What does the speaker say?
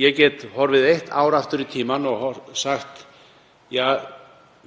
Ég get horfið eitt ár aftur í tímann og sagt: Ja,